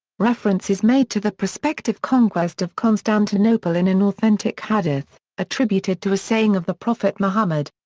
reference is made to the prospective conquest of constantinople in an authentic hadith, attributed to a saying of the prophet muhammad.